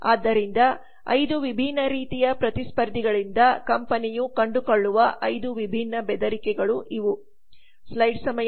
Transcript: ಆದ್ದರಿಂದ ಐದು ವಿಭಿನ್ನ ರೀತಿಯ ಪ್ರತಿಸ್ಪರ್ಧಿಗಳಿಂದ ಕಂಪನಿಯು ಕಂಡುಕೊಳ್ಳುವ ಐದು ವಿಭಿನ್ನ ಬೆದರಿಕೆಗಳು ಇವು